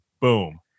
boom